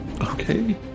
Okay